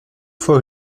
fois